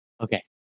Okay